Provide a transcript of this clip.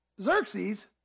Xerxes